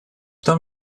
том